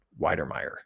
Weidermeyer